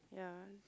ya